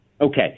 Okay